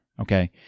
Okay